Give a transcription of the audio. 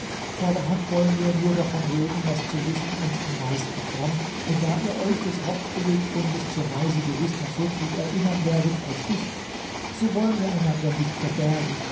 vorderhand wollen wir nur davon reden was zu wissen uns am meisten frommt und da ihr euch des hauptbeweggrundes zur reise gewiß noch so gut erinneren werdet als ich so wollen wir einander nicht verbergen